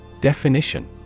Definition